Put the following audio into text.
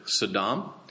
Saddam